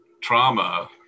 trauma